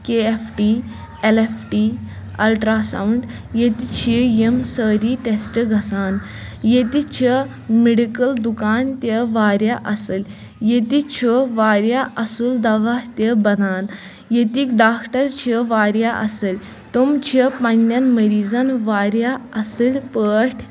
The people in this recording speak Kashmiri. کے F T L F T ultrasound ییٚتہِ چھِ یِم سٲری ٹیسٹ گژھان ییٚتہِ چھِ میڈکٕل دُکان تہِ واریاہ اَصٕل ییٚتہِ چھُ واریاہ اَصٕل دوہ تہِ بَنان ییتِکۍ ڈاکٹر چھِ واریاہ اَصٕل تِمۍ چھِ پَنٕنٮ۪ن مٔریٖزَن واریاہ اَصٕل پٲٹھۍ